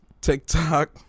TikTok